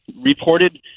reported